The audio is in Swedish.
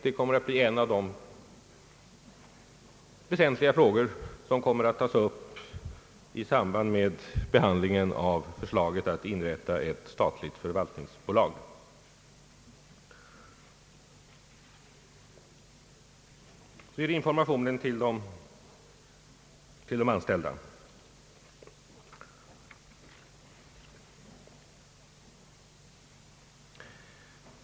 Det kommer att bli en av de väsentliga frågor som skall tas upp i samband med förslaget att inrätta ett statligt förvaltningsbolag. Jag vill sedan något beröra frågan om informationen till de anställda.